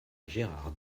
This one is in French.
gérard